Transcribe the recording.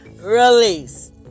release